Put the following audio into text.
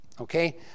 okay